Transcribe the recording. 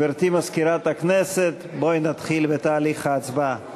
גברתי מזכירת הכנסת, בואי נתחיל בתהליך ההצבעה.